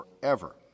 forever